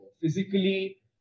Physically